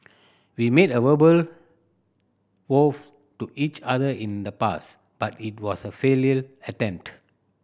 we made a verbal vows to each other in the past but it was a attempt